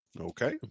Okay